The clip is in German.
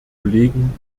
kollegen